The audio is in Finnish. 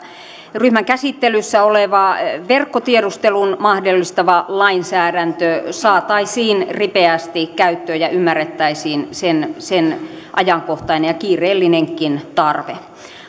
ryhmänkin käsittelyssä oleva verkkotiedustelun mahdollistava lainsäädäntö saataisiin ripeästi käyttöön ja ymmärrettäisiin sen sen ajankohtainen ja kiireellinenkin tarve